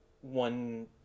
one